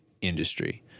industry